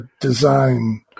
design